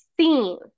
seen